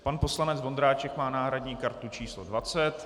Pan poslanec Vondráček má náhradní kartu číslo 20.